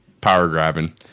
power-grabbing